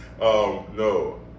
No